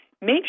make